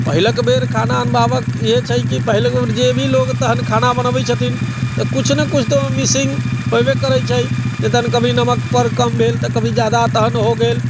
आ पहिलुक बेर खाना अनुभवक इएह छै कि पहले जेभी लोग तखन खाना बनबै छथिन तऽ किछु न किछु तऽ ओहिमे मिसिंग होइबे करै छै कभी नमक पर कम भेल तऽ कभी जादा तखन हो गेल